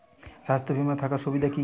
স্বাস্থ্য বিমা থাকার সুবিধা কী কী?